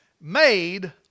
made